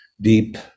deep